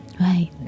right